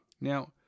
Now